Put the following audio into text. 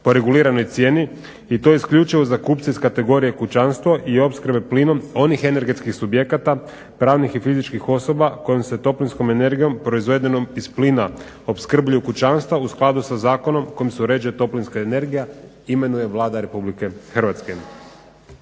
po reguliranoj cijeni i to isključivo za kupce iz kategorije kućanstva i opskrbe plinom onih energetskih subjekata, pravnih i fizičkih osoba koje se toplinskom energijom proizvedenom iz plina opskrbljuju kućanstava u skladu za zakonom kojim se uređuje toplinska energija imenuje Vlada RH.